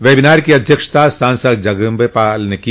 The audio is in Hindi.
वेबिनार को अध्यक्षता सांसद जगदम्बिकापाल ने की